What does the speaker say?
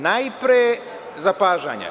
Najpre zapažanja.